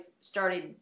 started